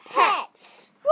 pets